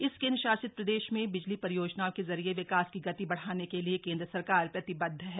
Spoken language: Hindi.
इस केन्द्रशासित प्रदेश में बिजली सरियोजनाओं के जरिए विकास की गति बढाने के लिए केन्द्र सरकार प्रतिबद्ध है